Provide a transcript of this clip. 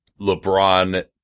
LeBron